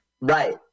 right